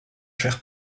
cher